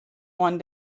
one